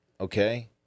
okay